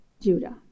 Judah